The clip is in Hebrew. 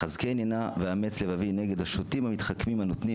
חזקני נא ואמץ לבבי נגד השוטים המתחכמים הנותנים